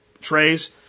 trays